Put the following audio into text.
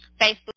Facebook